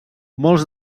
molts